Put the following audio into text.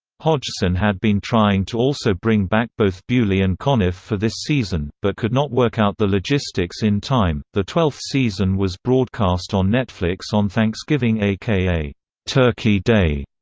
hodgson had been trying to also bring back both beaulieu and conniff for this season, but could not work out the logistics in time the twelfth season was broadcast on netflix on thanksgiving aka turkey day,